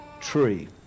tree